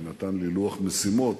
שנתן לי לוח משימות,